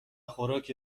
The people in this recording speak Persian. خوراک